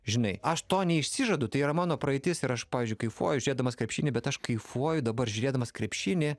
žinai aš to neišsižadu tai yra mano praeitis ir aš pavyzdžiui kaifuoju žiūrėdamas krepšinį bet aš kaifuoju dabar žiūrėdamas krepšinį